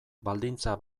baldintza